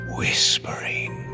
whispering